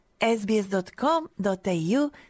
sbs.com.au